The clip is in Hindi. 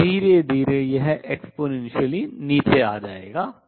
और धीरे धीरे यह exponentially तेजी से नीचे आ जाएगा